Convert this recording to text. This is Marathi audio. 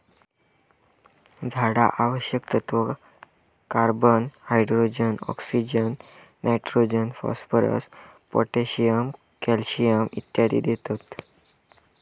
झाडा आवश्यक तत्त्व, carbon, hydrogen, oxygen, nitrogen, phosphorus, potassium, calcium इत्यादी देतत